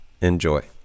Enjoy